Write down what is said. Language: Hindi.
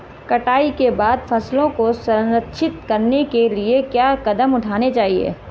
कटाई के बाद फसलों को संरक्षित करने के लिए क्या कदम उठाने चाहिए?